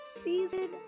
Season